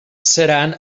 seran